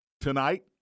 Tonight